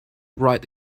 write